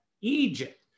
Egypt